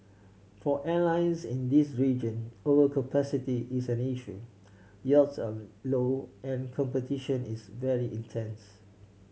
for airlines in this region overcapacity is an issue yields are low and competition is very intense